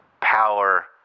power